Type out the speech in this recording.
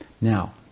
Now